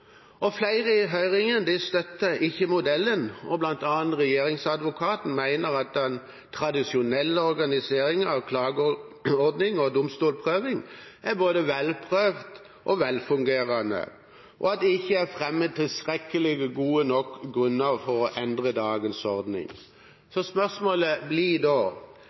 Flere i høringen støtter ikke modellen. Blant annet mener Regjeringsadvokaten at den tradisjonelle organiseringen av klageordning og domstolsprøving er både velprøvd og velfungerende, og at det ikke er fremmet tilstrekkelig gode grunner for å endre dagens ordning. Så spørsmålet blir da: